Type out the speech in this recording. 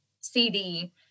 CD